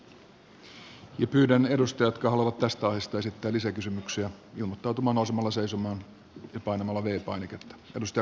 pyydän edustajia jotka haluavat tästä aiheesta esittää lisäkysymyksiä ilmoittautumaan nousemalla seisomaan ja painamalla v painiketta